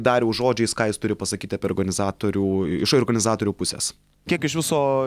dariaus žodžiais ką jis turi pasakyt apie organizatorių iš organizatorių pusės kiek iš viso